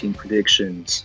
predictions